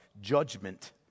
judgment